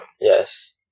Yes